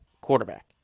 quarterback